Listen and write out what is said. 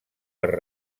per